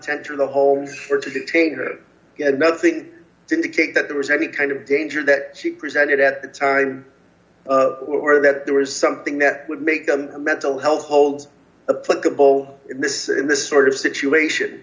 to enter the homes or to detain or you had nothing to indicate that there was any kind of danger that she presented at the time were that there was something that would make them a mental health holds a pluggable in this in this sort of situation